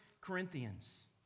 Corinthians